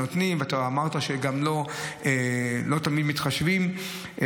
אמרת שגם לא תמיד מתחשבים.